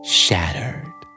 shattered